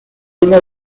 uno